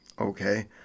okay